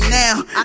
now